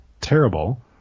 terrible